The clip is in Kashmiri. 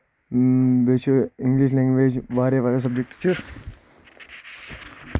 بیٚیہِ چھِ انٛگلِش لیٚنٛگویج واریاہ واریاہ سَبجیٚکٹ چھِ